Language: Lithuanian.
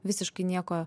visiškai nieko